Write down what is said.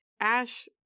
Ash